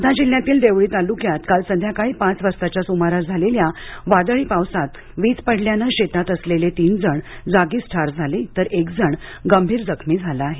वर्धा जिल्ह्यातील देवळी तालुक्यामध्ये काल सायंकाळी पाच वाजताच्या सुमारास झालेल्या वादळी पावसात वीज पडल्याने शेतात असलेले तिघे जागीच ठार झाले तर एक गंभीर जखमी आहे